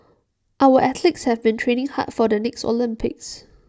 our athletes have been training hard for the next Olympics